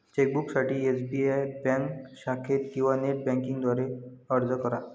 चेकबुकसाठी SBI bank शाखेत किंवा नेट बँकिंग द्वारे अर्ज करा